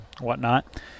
whatnot